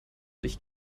durch